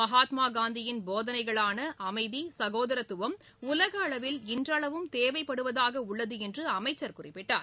மகாத்மா காந்தியின் போதனைகளான அமைதி சகோதரத்துவம் உலக அளவில் இன்றளவும் தேவைப்படுவதாக உள்ளது என்று அமைச்சர் குறிப்பிட்டார்